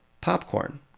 Popcorn